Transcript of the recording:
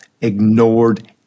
ignored